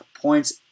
points